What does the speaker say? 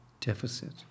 deficit